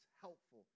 helpful